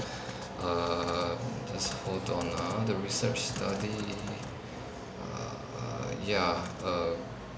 err just hold on ah the research study err ya err